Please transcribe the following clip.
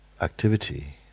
activity